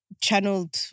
channeled